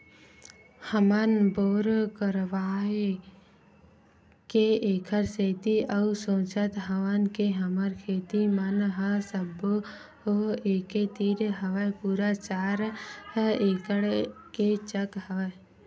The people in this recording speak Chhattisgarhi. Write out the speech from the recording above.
हमन बोर करवाय के ऐखर सेती अउ सोचत हवन के हमर खेत मन ह सब्बो एके तीर हवय पूरा चार एकड़ के चक हवय